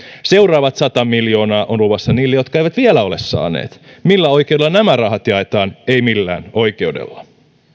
seuraavat sata miljoonaa ovat luvassa niille jotka eivät vielä ole saaneet millä oikeudella nämä rahat jaetaan ei millään oikeudella